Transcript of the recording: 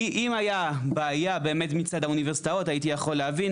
אם היה בעיה באמת מצד האוניברסיטאות הייתי יכול להבין,